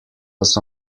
was